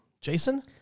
Jason